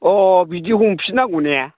औ अ अ बिदि हमफिननांगौने